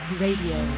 radio